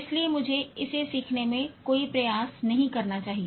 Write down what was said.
इसलिए मुझे इसे सीखने में कोई प्रयास नहीं करना चाहिए